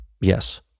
Yes